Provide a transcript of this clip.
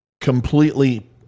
completely